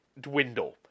dwindle